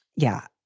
yeah.